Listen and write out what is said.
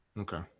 Okay